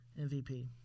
MVP